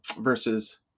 versus